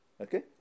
Okay